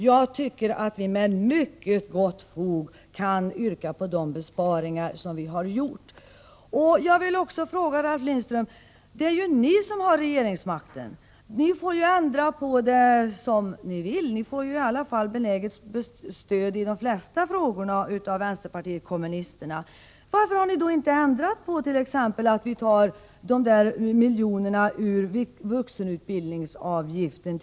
Jag tycker att vi med mycket gott fog kan yrka på de ifrågavarande besparingarna. Ralf Lindström! Det är ju ni som har regeringsmakten. Ni får ändra som ni vill. I varje fall får ni i de flesta frågor benäget stöd av vänsterpartiet kommunisterna. Varför har ni då t.ex. inte ändrat på detta att vi för andra ändamål tar de där miljonerna ur vuxenutbildningsavgiften?